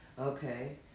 Okay